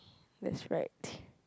that's right